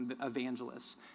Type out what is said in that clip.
evangelists